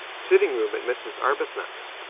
sitting-room at mrs. arbuthnot's.